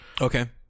Okay